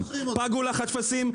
פגו לך הטפסים,